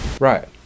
Right